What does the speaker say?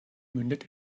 mündet